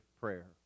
prayer